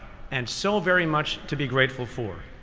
and so very much to be grateful for.